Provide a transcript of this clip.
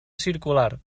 circular